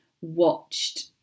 watched